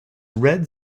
red